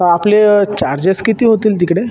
आपले चार्जेस किती होतील तिकडे